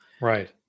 Right